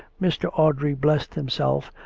mr. audrey blessed himself,